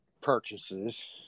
purchases